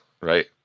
Right